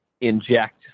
inject